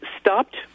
stopped